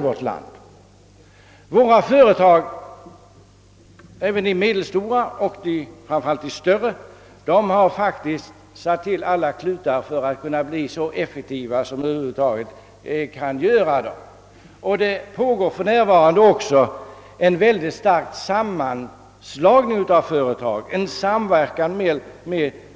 Våra medelstora och större företag — framför allt de sistnämnda — har faktiskt satt till alla klutar för att bli så effektiva som möjligt. Det pågår också för närvarande en synnerligen stark samverkan